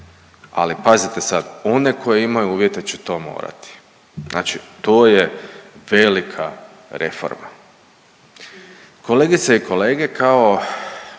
Ali pazite sad one koje imaju uvjete će to morati. Znači to je velika reforma. Kolegice i kolege kao